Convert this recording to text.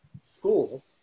school